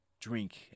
drink